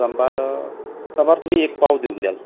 सांबार सांबार तुम्ही एक पाव देऊन द्याल